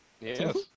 Yes